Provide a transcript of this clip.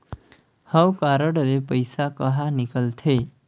हव कारड ले पइसा कहा निकलथे?